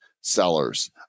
sellers